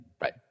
Right